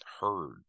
heard